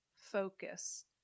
focus